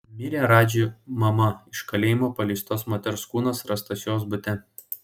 mirė radži mama iš kalėjimo paleistos moters kūnas rastas jos bute